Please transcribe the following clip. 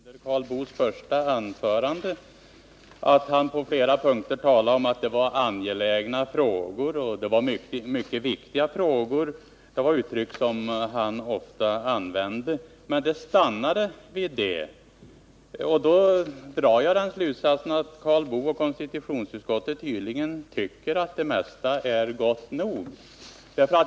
Herr talman! Jag noterade redan under Karl Boos första anförande ati han på flera punkter talade om att det var angelägna och mycket viktiga frågor. Han använde ofta dessa uttryck, men det stannade vid detta. Då måste jag dra den slutsatsen att Karl Boo och konstitutionsutskottet tydligen tycker att mesta är gott nog.